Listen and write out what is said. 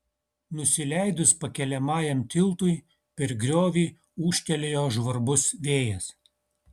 nusileidus pakeliamajam tiltui per griovį ūžtelėjo žvarbus vėjas